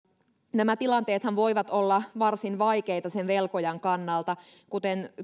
nämä tilanteethan voivat olla varsin vaikeita sen velkojan kannalta kuten